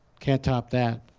can't top that.